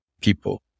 people